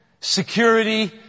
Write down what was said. security